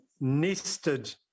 nested